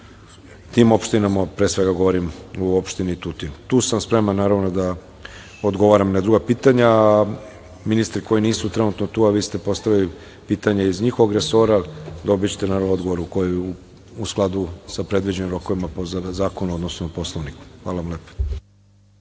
tim opštinama, pre svega govorim u opštini Tutin. Tu sam spreman i da odgovaram na druga pitanja, a ministri koji nisu trenutno tu, a vi ste postavili pitanje iz njihovog resora, dobićete odgovor u skladu sa predviđenim rokovima, po Poslovniku. Hvala lepo.